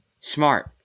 Smart